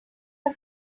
our